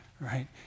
right